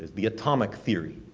the atomic theory,